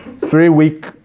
three-week